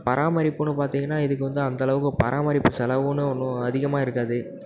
பராமரிப்புனு பார்த்தீங்கனா இதுக்கு வந்து அந்த அளவுக்கு பராமரிப்பு செலவுனு ஒன்றும் அதிகமாக இருக்காது